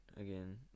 again